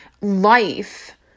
life